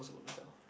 about myself